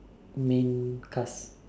mean class